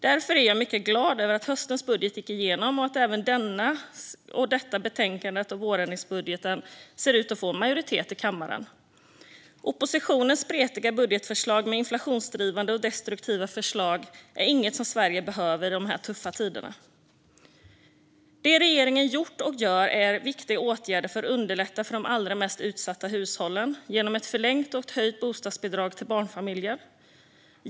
Därför är jag mycket glad över att höstens budget gick igenom och att även detta och nästa betänkande om vårändringsbudgeten ser ut att få en majoritet i kammaren. Oppositionens spretiga budgetförslag med inflationsdrivande och destruktiva förslag är inget som Sverige behöver i tuffa tider som dessa. Det regeringen gjort och gör är viktiga åtgärder för att underlätta för de allra mest utsatta hushållen genom ett förlängt och höjt bostadsbidrag till barnfamiljer.